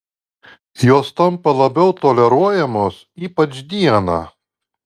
jos tampa labiau toleruojamos ypač dieną